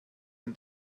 den